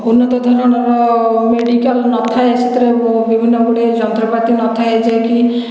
ଉନ୍ନତ ଧରଣର ମେଡ଼ିକାଲ୍ ନଥାଏ ସେଥିରେ ବିଭିନ୍ନ ଗୁଡ଼ିଏ ଯନ୍ତ୍ରପାତି ନଥାଏ ଯେ କି